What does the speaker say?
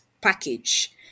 package